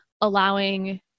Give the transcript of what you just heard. allowing